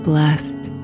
blessed